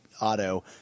auto